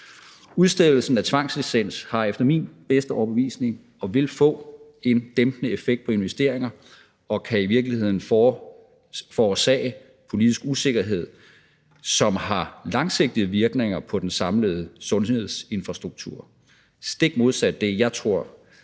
Udstedelsen af tvangslicens har og vil efter min bedste overbevisning få en dæmpende effekt på investeringer og kan i virkeligheden forårsage politisk usikkerhed, som har langsigtede virkninger på den samlede sundhedsinfrastruktur – stik modsat det, jeg tror